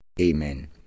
Amen